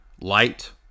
light